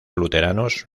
luteranos